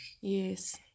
Yes